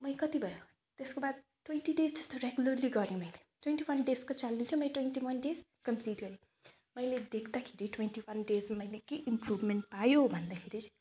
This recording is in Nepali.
मै कति भयो त्यसको बाद ट्वेन्टी डेज जस्तो रेगुलरली गरेँ मैले ट्वेन्टी वान डेजको च्यालेन्ज थियो मैले ट्वेन्टी वान डेज कम्प्लिट गरेँ मैले देख्दाखेरि ट्वेन्टी वान डेजमा मैले के इम्प्रुभमेन्ट पायो भन्दाखेरि चाहिँ